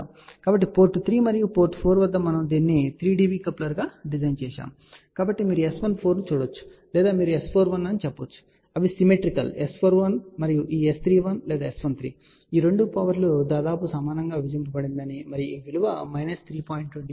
కాబట్టి పోర్ట్ 3 మరియు 4 వద్ద మనము దీనిని 3 dB కప్లర్గా డిజైన్ చేశాము కాబట్టి మీరు S14 ను చూడవచ్చు లేదా మీరు S41 అని చెప్పవచ్చు అవి సిమెట్రికల్ S41 మరియు ఈ S31 లేదా S13 ఈ రెండు పవర్ దాదాపు సమానంగా విభజించబడిందని మరియు ఈ విలువ మైనస్ 3